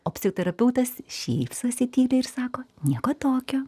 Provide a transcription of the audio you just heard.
o psichoterapeutas šypsosi tyliai ir sako nieko tokio